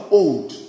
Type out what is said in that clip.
old